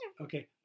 Okay